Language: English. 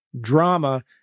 drama